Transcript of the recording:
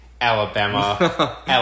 Alabama